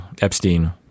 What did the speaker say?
Epstein